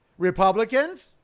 Republicans